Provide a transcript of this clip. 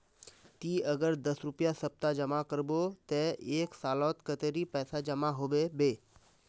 ती अगर दस रुपया सप्ताह जमा करबो ते एक सालोत कतेरी पैसा जमा होबे बे?